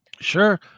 Sure